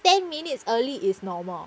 ten minutes early is normal